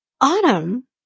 Autumn